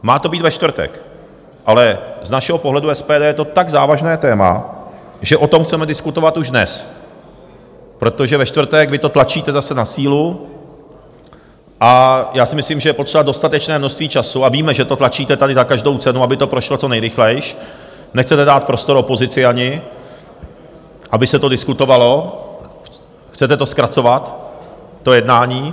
Má to být ve čtvrtek, ale z našeho pohledu SPD je to tak závažné téma, že o tom chceme diskutovat už dnes, protože ve čtvrtek vy to tlačíte zase na sílu a já si myslím, že je potřeba dostatečné množství času, a víme, že to tlačíte tady za každou cenu, aby to prošlo co nejrychleji, nechcete dát prostor opozici ani, aby se to diskutovalo, chcete to zkracovat, to jednání.